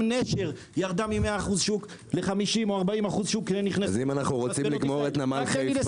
גם נשר ירדה מ-100% שוק ל-50% או 40% שוק כי נכנסו חברות אחרות.